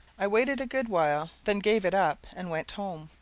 i waited a good while, then gave it up and went home.